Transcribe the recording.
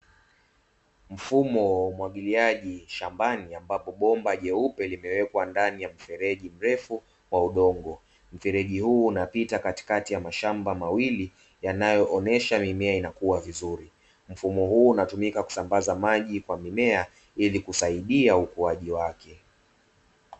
Mfumo wa umwagiliaji shambani ambapo bomba jeupe limewekwa ndani ya mfereji mrefu wa udongo, mfereji huu unapita katikati ya mashamba mawili yanayoonyesha mimea inakua vizuri, mfumo huu unatumika kusambaza maji kwa mimea ili kusaidia ukuaji wake.